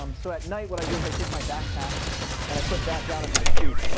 um so at night, what i do is i take my backpack and i put that down at my feet.